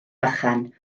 bychan